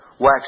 Wax